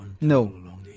No